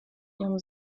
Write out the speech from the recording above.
ihrem